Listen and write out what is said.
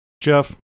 Jeff